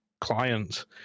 clients